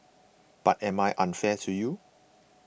but am I unfair to you